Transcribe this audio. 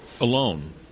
alone